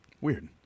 Weird